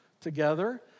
together